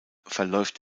verläuft